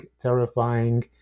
terrifying